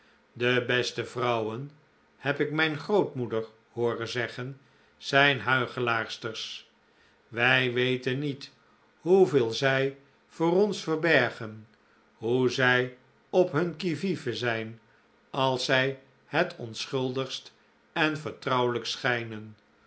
de beste vrouwen heb ik mijn grootmoeder hooren zeggen zijn huichelaarsters wij weten niet hoeveel zij voor ons verbergen hoe zij op hun qui vive zijn als zij het onschuldigst en vertrouwelijkst schijnen